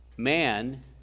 man